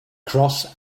cross